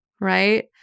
Right